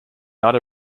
not